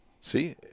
See